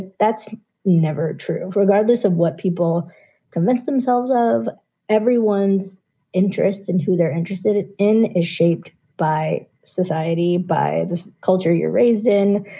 that's never true. regardless of what people convince themselves of everyone's interests and who they're interested in is shaped by society, by the culture you're raised in,